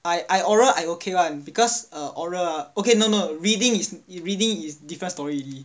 I oral I okay [one] because uh oral ah okay no no reading is reading is different story already